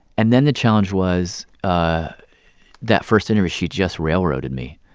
and then the challenge was ah that first interview, she just railroaded me.